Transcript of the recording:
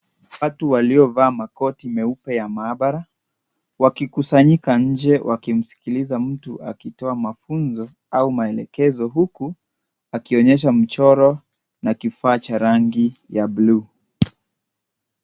Watu waliovaa makoti meupe ya maabara wakikusanyika nje wakimsikiliza mtu akitoa mafunzo au maelekezo huku akionyesha mchoro na kifaa cha rangi ya bluu.